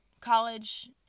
college